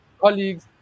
colleagues